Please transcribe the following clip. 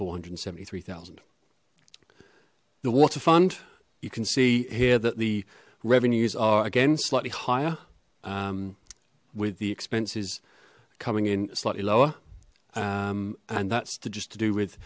four hundred and seventy three thousand the water fund you can see here that the revenues are again slightly higher with the expenses coming in slightly lower and that's to just to do with